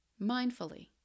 Mindfully